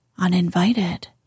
Uninvited